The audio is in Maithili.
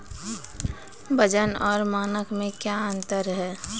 वजन और मानक मे क्या अंतर हैं?